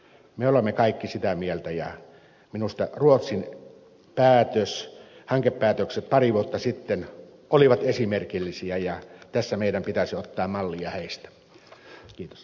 me olemme kaikki sitä mieltä ja minusta ruotsin hankepäätökset pari vuotta sitten olivat esimerkillisiä ja tässä meidän pitäisi ottaa mallia ruotsista